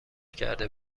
کرده